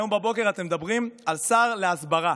היום בבוקר אתם מדברים על שר הסברה.